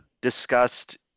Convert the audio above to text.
discussed